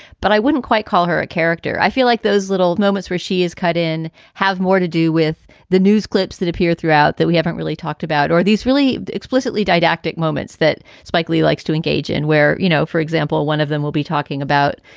but i wouldn't quite call her a character. i feel like those little moments where she is cut in have more to do with the news clips that appear throughout that we haven't really talked about, or these really explicitly didactic moments that spike lee likes to engage in where, you know, example, one of them we'll be talking about.